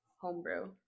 homebrew